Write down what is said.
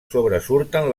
sobresurten